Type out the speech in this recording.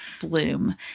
bloom